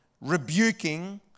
rebuking